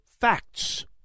facts